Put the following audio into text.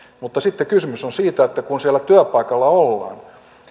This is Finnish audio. mutta sitten kysymys on siitä että kun siellä työpaikalla ollaan